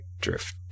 drift